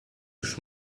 już